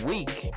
Week